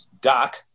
Doc